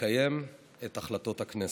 ולקיים את החלטות הכנסת.